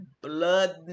blood